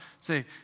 say